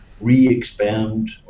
re-expand